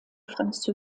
franz